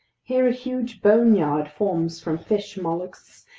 here a huge boneyard forms from fish, mollusks,